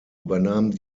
übernahm